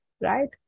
right